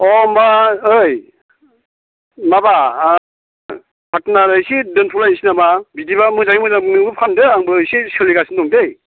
अ होनबा ओइ माबा पार्टनार इसे दोनथ' लायनोसै नामा बिदिबा मोजाङै मोजां नोंबो फानदो आंबो इसे सोलिगासिनो दं दै